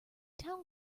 town